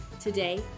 Today